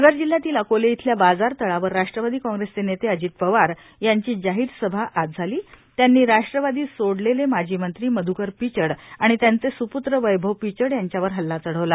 नगर जिल्ह्यातील अकोले इथल्या बाजारतळावर राष्ट्रवादी काँग्रेसचे नेते अजित पवार यांची जाहीर सभा आज झाली त्यांनी राष्ट्रवादी सोडलेले माजी मंत्री मध्कर पिचड आणि त्यांचे स्प्त्र वैभव पिचड यांच्यावर हल्ला चढवला